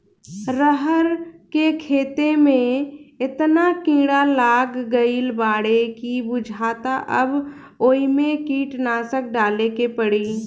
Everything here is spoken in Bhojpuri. रहर के खेते में एतना कीड़ा लाग गईल बाडे की बुझाता अब ओइमे कीटनाशक डाले के पड़ी